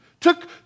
took